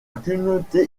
communauté